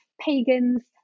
pagans